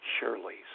Shirley's